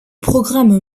programme